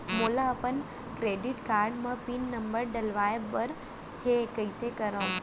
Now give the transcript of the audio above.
मोला अपन debit card म पिन नंबर डलवाय बर हे कइसे करव?